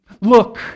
Look